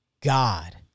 God